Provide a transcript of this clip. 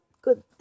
good